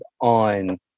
on